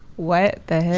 what the hell?